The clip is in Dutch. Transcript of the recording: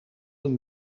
hem